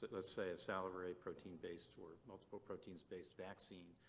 let's say a sall array protein-based or multiple proteins-based vaccine,